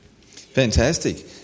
Fantastic